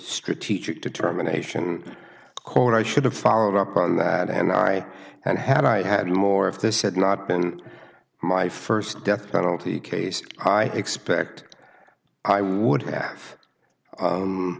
strategic determination court i should have followed up on that and i and had i had more if this had not been my first death penalty case i expect i would have